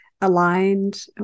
aligned